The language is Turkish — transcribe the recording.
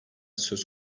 söz